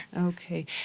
Okay